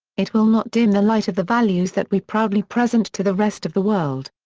it will not dim the light of the values that we proudly present to the rest of the world.